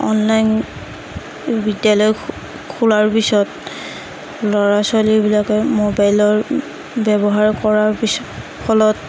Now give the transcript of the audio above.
online বিদ্যালয় খোলাৰ পিছত ল'ৰা ছোৱালীবিলাকে ম'বাইলৰ ব্যৱহাৰ কৰাৰ পিছত ফলত